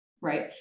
right